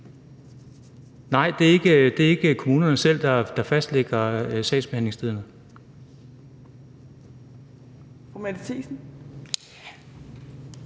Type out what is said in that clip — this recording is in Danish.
Nej, det er ikke kommunerne selv, der fastlægger sagsbehandlingstiden.